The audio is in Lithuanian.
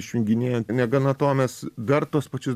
išjunginėjant negana to mes dar tuos pačius